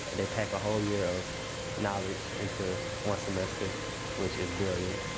they pack a whole year of knowledge into one semester which is brilliant.